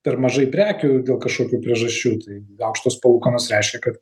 per mažai prekių dėl kažkokių priežasčių tai aukštos palūkanos reiškia kad